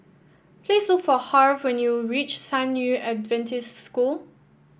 please look for Harve when you reach San Yu Adventist School